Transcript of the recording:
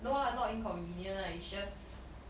no lah not inconvenient lah it's just